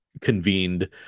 convened